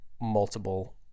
multiple